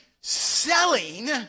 selling